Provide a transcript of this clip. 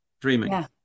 dreaming